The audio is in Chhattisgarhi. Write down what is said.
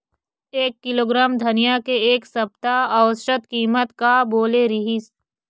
एक किलोग्राम धनिया के एक सप्ता औसत कीमत का बोले रीहिस?